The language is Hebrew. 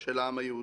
של העם היהודי.